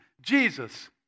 Jesus